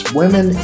women